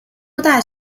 大学